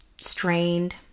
strained